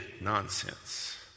nonsense